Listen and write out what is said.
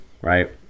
right